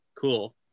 Cool